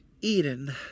Eden